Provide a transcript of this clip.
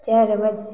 चारि बजे